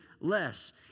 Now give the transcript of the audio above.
less